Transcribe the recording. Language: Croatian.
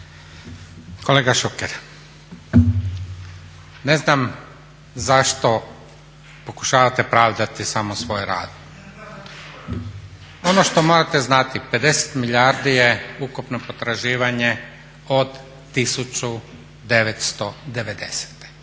Kolega Šuker, ne znam zašto pokušavati pravdati samo svoj rad. Ono što morate znati 50 milijardi je ukupno potraživanje od 1990.prema